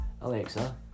Alexa